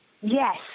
Yes